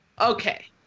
Okay